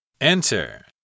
Enter